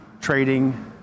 trading